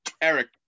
Eric